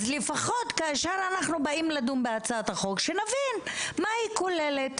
אז כאשר אנחנו באים לדון בהצעת החוק לפחות שנבין מה היא כוללת.